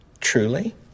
truly